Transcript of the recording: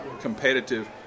competitive